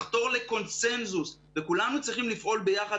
לחתור לקונצנזוס וכולנו צריכים לפעול ביחד.